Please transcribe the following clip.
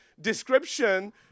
description